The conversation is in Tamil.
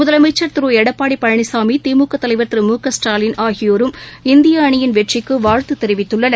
முதலமைச்சர் திருஎடப்பாடிபழனிசாமி திமுகதலைவர் திருமுகஸ்டாலின் ஆகியோரும் இந்தியஅணியின் வெற்றிக்குவாழ்த்துதெரிவித்துள்ளனர்